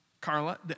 Carla